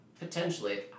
Potentially